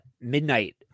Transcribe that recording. midnight